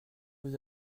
vous